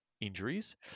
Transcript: injuries